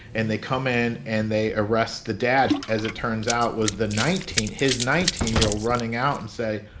and they come in and they arrest the dad. as it turns out, was the nineteen his nineteen year running out and say,